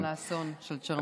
על האסון של צ'רנוביל.